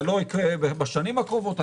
לא בשנים הקרובות,